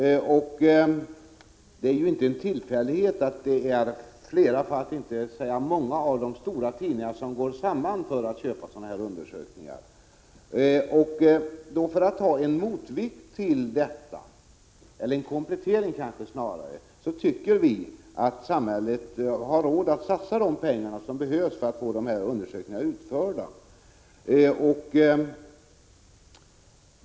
Det är ju inte en tillfällighet att många av de stora tidningarna samarbetar om inköpen av dessa undersökningar. Vi tycker att samhället har råd att satsa de medel som behövs för att få en kompletterande undersökning utförd.